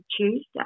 Tuesday